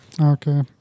Okay